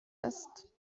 است